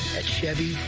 at chevy,